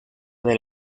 del